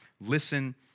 Listen